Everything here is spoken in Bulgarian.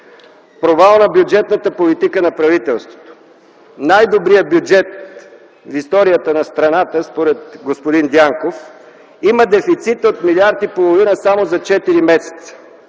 Провал на бюджетната политика на правителството. Най-добрият бюджет в историята на страната, според господин Дянков, има дефицит от милиард и половина само за четири месеца.